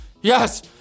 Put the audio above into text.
Yes